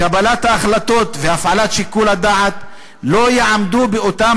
קבלת ההחלטות והפעלת שיקול הדעת לא יעמדו באותם